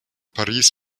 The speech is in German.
paris